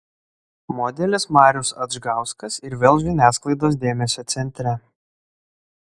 modelis marius adžgauskas ir vėl žiniasklaidos dėmesio centre